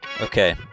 okay